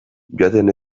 joaten